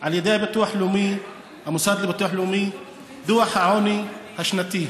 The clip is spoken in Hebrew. על ידי המוסד לביטוח לאומי דוח העוני השנתי.